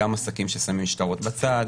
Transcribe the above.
גם עסקים ששמים שטרות בצד,